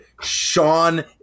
Sean